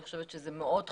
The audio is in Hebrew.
אני חושבת שזה מאוד חשוב.